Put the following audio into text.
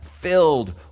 filled